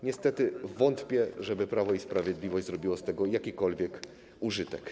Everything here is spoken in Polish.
Niestety wątpię, żeby Prawo i Sprawiedliwość zrobiło z tego jakikolwiek użytek.